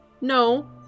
no